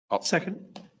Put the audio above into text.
Second